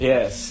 Yes